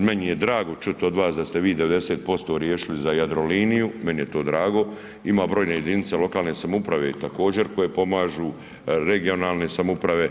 Meni je drago čuti od vas da ste vi 90% riješili za Jadroliniju, meni je to drago ima brojne jedinice lokalne samouprave također koje pomažu, regionalne samouprave,